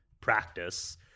practice